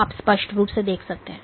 आप स्पष्ट रूप से देख सकते हैं